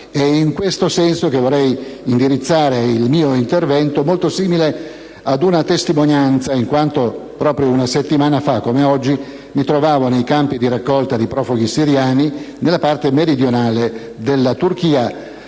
In tal senso, vorrei indirizzare il mio intervento, molto simile ad una testimonianza, in quanto proprio una settimana fa, come oggi, mi trovavo nei campi di raccolta di profughi siriani nella parte meridionale della Turchia,